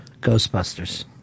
Ghostbusters